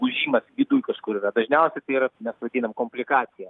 ūžimas viduj kažkur yra dažniausiai tai yra mes vadinam komplikacija